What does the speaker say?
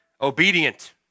obedient